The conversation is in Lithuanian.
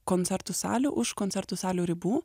koncertų salių už koncertų salių ribų